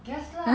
um